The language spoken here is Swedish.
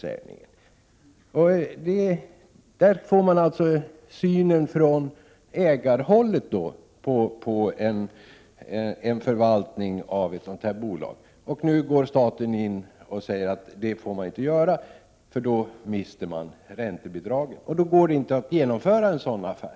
Här har man alltså ägarens syn på förvaltningen av ett sådant här bolag. Men nu går således staten in och säger nej. Handlar man ändå, mister man räntebidragen och då omöjliggörs en affär.